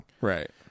Right